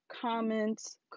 comments